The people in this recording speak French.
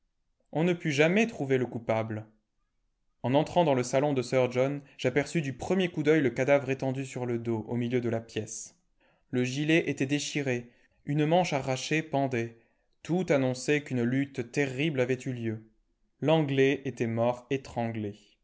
on ne put jamais trouver le coupable en entrant dans le salon de sir john j'aperçus du premier coup d'œil le cadavre étendu sur le dos au milieu de la pièce le gilet était déchiré une manche arrachée pendait tout annonçait qu'une lutte terrible avait eu lieu l'anglais était mort